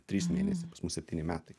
trys mėnesiai septyni metai